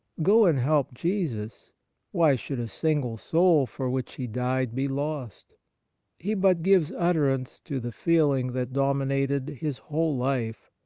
go and help jesus why should a single soul for which he died be lost he but gives utterance to the feeling that dominated his whole life,